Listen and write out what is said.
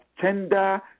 tender